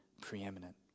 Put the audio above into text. preeminent